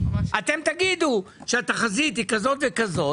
אתם תגידו שהתחזית היא כזאת וכזאת